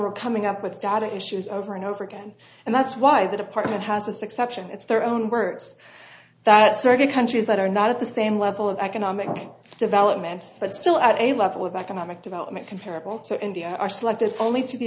we're coming up with data issues over and over again and that's why the department has a succession it's their own words that certain countries that are not at the same level of economic development but still at a level of economic development comparable to india are selected only to the